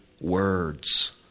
words